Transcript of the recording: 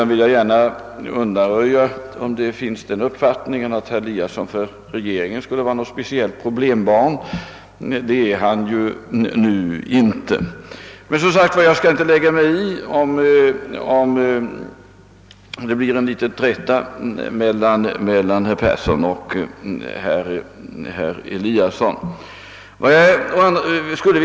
Jag vill emellertid undanröja det eventuella missförståndet att herr Eliasson i Sundborn skulle vara något speciellt problembarn för regeringen. Jag skall för min del inte lägga mig i en eventuell träta melian herr Persson i Skänninge och herr Eliasson i Sundborn.